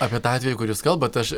apie tą atvejį kur jūs kalbat aš